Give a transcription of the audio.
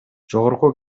жогорку